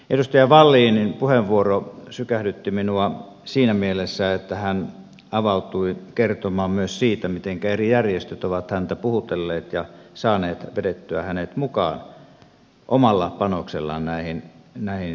edustaja wallinin puheenvuoro sykähdytti minua siinä mielessä että hän avautui kertomaan myös siitä miten eri järjestöt ovat häntä puhutelleet ja saaneet vedettyä hänet mukaan omalla panoksellaan näihin keräyksiin